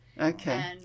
Okay